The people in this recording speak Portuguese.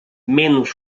menos